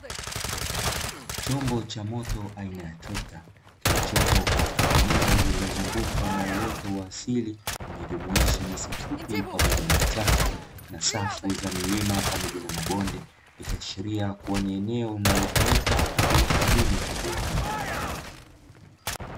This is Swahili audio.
Chombo cha moto aina ya trekta, kilichopo katika eneo lililozungukwa na uoto wa asili, unaojumuisha nyasi fupi pamoja na vichaka, na safu za milima pamoja na mabonde, ikiashiria kuwa ni eneo linalotumika kwa ajili ya kilimo cha viwanda.